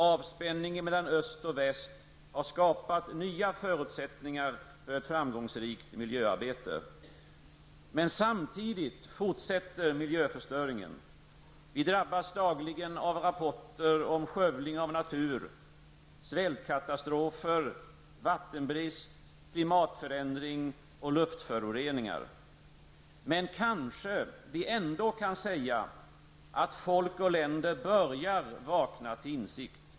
Avspänningen mellan öst och väst har skapat nya förutsättningar för ett framgångsrikt miljöarbete. Men samtidigt fortsätter miljöförstöringen. Vi drabbas dagligen av rapporter om skövling av natur, svältkatastrofer, vattenbrist, klimatförändring och luftföroreningar. Men kanske kan vi ändå säga att folk och länder börjar vakna till insikt.